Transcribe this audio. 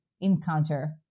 encounter